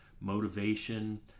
motivation